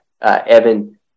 evan